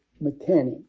mechanics